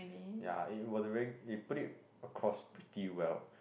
ya it was very it put it across pretty well